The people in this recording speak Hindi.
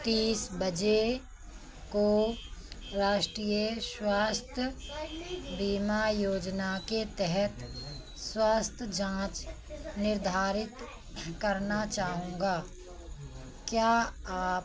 तीस बजे को राष्ट्रीय स्वास्थ्य बीमा योजना के तहत स्वास्थ्य जाँच निर्धारित करना चाहूँगा क्या आप